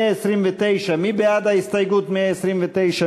הסתייגות מס' 129. מי בעד הסתייגות 129?